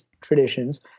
traditions